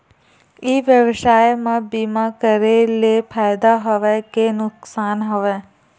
ई व्यवसाय म बीमा करे ले फ़ायदा हवय के नुकसान हवय?